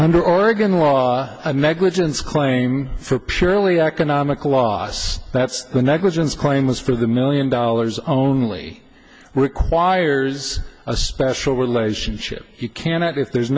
under oregon was a negligence claim for purely economic loss that's the negligence claim was for the million dollars only requires a special relationship you cannot if there's